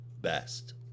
best